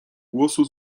głosu